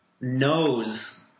knows